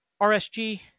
RSG